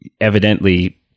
evidently